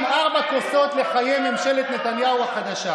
ונרים ארבע כוסות לחיי ממשלת נתניהו החדשה.